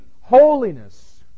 holiness